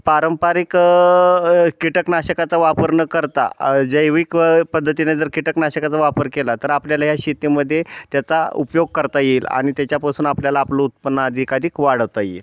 पारंपरिक कीटकनाशकाचा वापर न करता जैविक पद्धतीने जर कीटकनाशकाचा वापर केला तर आपल्याला ह्या शेतीमध्ये त्याचा उपयोग करता येईल आणि त्याच्यापासून आपल्याला आपलं उत्पन्न अधिकाधिक वाढवता येईल